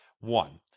One